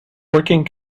working